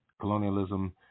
colonialism